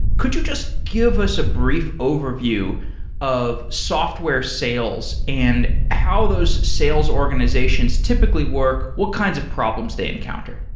could you just give us a brief overview of software sales and how those sales sales organizations typically work? what kinds of problems they encounter?